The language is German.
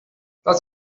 das